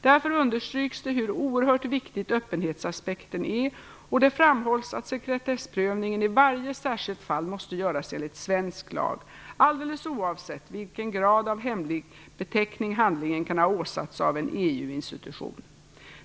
Därför understryks det hur oerhört viktig öppenhetsaspekten är och det framhålls att sekretessprövningen i varje särskilt fall måste göras enligt svensk lag, alldeles oavsett vilken grad av hemligbeteckning handlingen kan ha åsatts av en EU-institution.